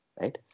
right